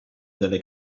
delle